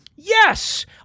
Yes